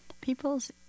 people's